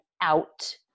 out